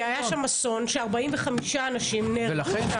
כי היה שם אסון בו 45 אנשים נהרגו.